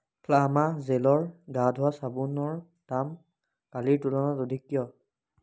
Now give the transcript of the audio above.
ফ্লামা জেলৰ গা ধোৱা চাবোনৰ দাম কালিৰ তুলনাত অধিক কিয়